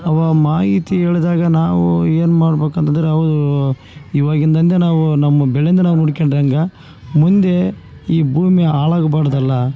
ಅವ ಮಾಹಿತಿ ಹೇಳಿದಾಗ ನಾವು ಏನು ಮಾಡಬೇಕಂತಂದ್ರೆ ಅವರು ಇವಾಗಿಂದಂದೇ ನಾವು ನಮ್ಮ ಬೆಳೆಯಿಂದ ನಾವು ನೊಡ್ಕೊಂಡಾಂಗ ಮುಂದೆ ಈ ಭೂಮಿ ಹಾಳಾಗ್ಬಾಡ್ದಲ್ಲಾ